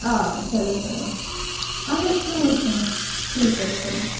آ چلو چلو اہن حظ کِہیٖنۍ حظ چھُنہٕ ٹھیٖک حظ چلو